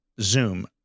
Zoom